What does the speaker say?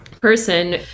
person